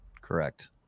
correct